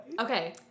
Okay